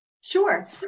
Sure